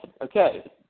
okay